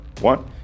one